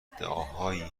ادعاهایی